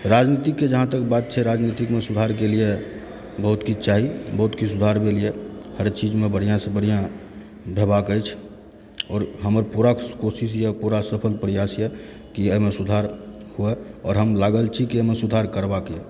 राजनीतिकके जहाँ तक बात छै राजनीतिकमे सुधारके लिअ बहुत किछु चाही बहुत किछु सुधार भेल यऽ हर चीजमे बढ़िआँसँ बढ़िआँ देबाक अछि आओर हमर पूरा कोशिश यऽ पूरा सफल प्रयास यऽ कि एहिमे सुधार होए आओर हम लागल छी कि एहिमे सुधार करबाक यऽ